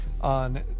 on